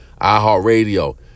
iHeartRadio